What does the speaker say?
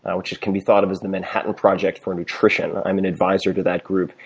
and which can be thought of as the manhattan project for nutrition. i'm and advisor to that group.